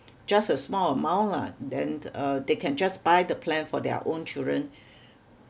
just a small amount lah then uh they can just buy the plan for their own children